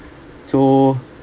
so